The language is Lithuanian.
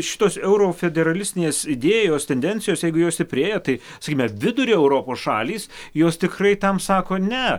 šitos eurofederalistinės idėjos tendencijos jeigu jos stiprėja tai sakykime vidurio europos šalys jos tikrai tam sako ne